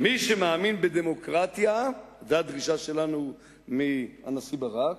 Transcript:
מי שמאמין בדמוקרטיה, זו הדרישה שלנו מהנשיא ברק: